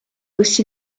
aussi